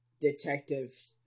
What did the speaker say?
detective